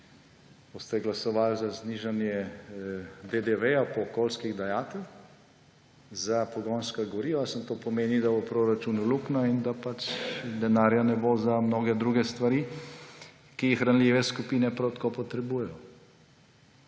Boste glasovali za znižanje DDV-ja pa okoljskih dajatev za pogonska goriva? Samo to pomeni, da bo v proračunu luknja in da denarja ne bo za mnoge druge stvari, ki jih ranljive skupine prav tako potrebujejo.